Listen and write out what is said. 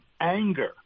anger